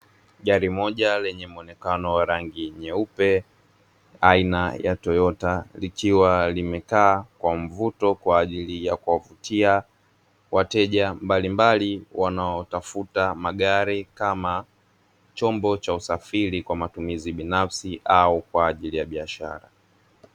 Gari moja lenye muonekano wa rangi nyeupe aina ya toyota, likiwa limekaa kwa mvuto kwa ajili ya kuwavutia wateja mbalimbali, wanaotafuta magari kama chombo cha usafiri kwa matumizi binafsi au kwa ajili biashara.